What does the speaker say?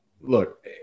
look